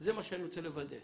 זה מה שאני רוצה לוודא.